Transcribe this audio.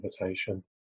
invitation